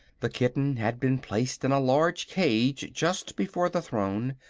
the kitten had been placed in a large cage just before the throne,